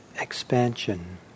expansion